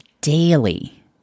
daily